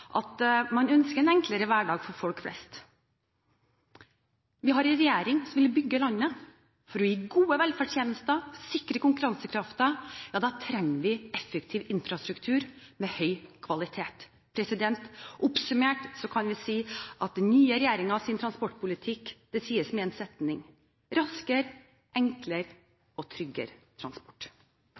at man ønsker en enklere hverdag for folk flest. Vi har en regjering som vil bygge landet. For å gi gode velferdstjenester og sikre konkurransekraften trenger vi effektiv infrastruktur med høy kvalitet. Oppsummert kan den nye regjeringens transportpolitikk sies med én setning: raskere, enklere og tryggere transport.